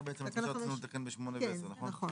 בעצם את מה שרצינו לתקן ב-8 ו-10 נכון?